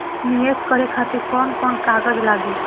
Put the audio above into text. नीवेश करे खातिर कवन कवन कागज लागि?